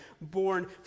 born